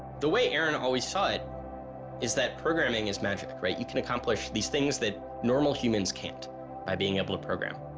the way that aaron always thought is that programming is magic, right you can accomplish this things that normal humans can't by being able to program